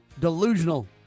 delusional